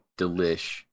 delish